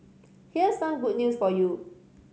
here's some good news for you